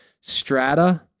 Strata